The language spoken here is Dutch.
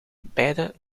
beide